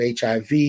HIV